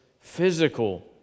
physical